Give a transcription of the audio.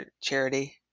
charity